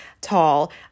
tall